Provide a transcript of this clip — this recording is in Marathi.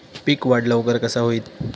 पीक वाढ लवकर कसा होईत?